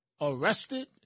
arrested